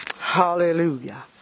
Hallelujah